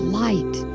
light